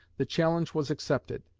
the challenge was accepted.